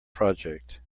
project